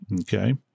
Okay